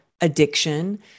addiction